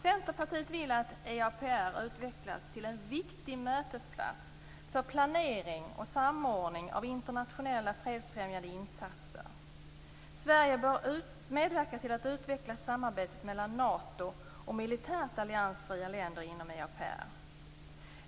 Centerpartiet vill att EAPR utvecklas till en viktig mötesplats för planering och samordning av internationella fredsfrämjande insatser. Sverige bör medverka till att utveckla samarbetet mellan Nato och militärt alliansfria länder inom EAPR.